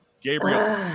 Gabriel